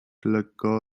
lekko